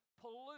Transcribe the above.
pollute